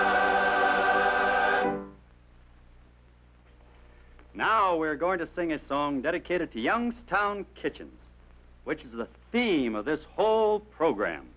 i now we're going to sing a song dedicated to youngstown kitchen which is the theme of this whole program